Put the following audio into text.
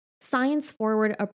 science-forward